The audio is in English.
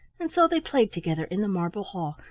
and so they played together in the marble hall,